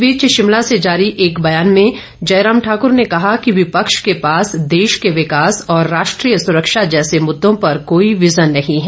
इस बीच शिमला से जारी एक बयान में जयराम ठाक्र ने कहा कि विपक्ष के पास देश के विकास और राष्ट्रीय सुरक्षा जैसे मुद्दों पर कोई विजन नहीं है